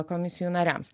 komisijų nariams